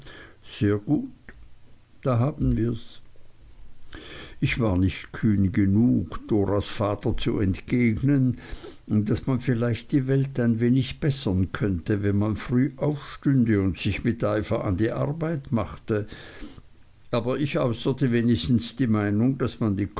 sehr gut da haben wirs ich war nicht kühn genug doras vater zu entgegnen daß man vielleicht die welt ein wenig bessern könnte wenn man früh aufstünde und sich mit eifer an die arbeit machte aber ich äußerte wenigstens die meinung daß man die